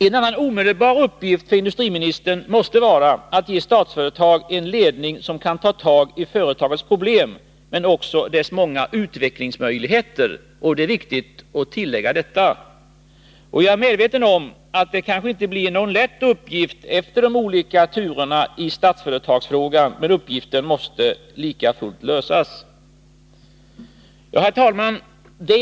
En annan omedelbar uppgift för industriministern måste vara att ge Statsföretag en ledning som kan ta tag i företagets problem men också dess många utvecklingsmöjligheter — det är viktigt att tillägga detta. Jag är medveten om att det kanske inte blir någon lätt uppgift efter de olika turerna i Statsföretagsfrågan, men uppgiften måste lika fullt lösas. Herr talman!